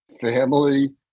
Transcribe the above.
family